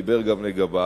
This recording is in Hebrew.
דיבר גם לגביו,